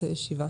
הישיבה